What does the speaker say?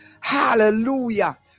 Hallelujah